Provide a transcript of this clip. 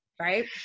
right